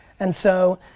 and so,